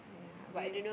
mm do you